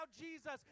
Jesus